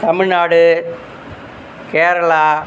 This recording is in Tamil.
தமிழ்நாடு கேரளா